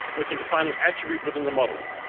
we can define an attribute within the model.